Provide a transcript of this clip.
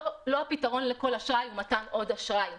לא הפתרון לכל אשראי הוא מתן עוד אשראי.